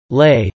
lay